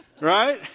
right